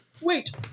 Wait